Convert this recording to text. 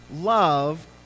love